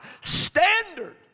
standard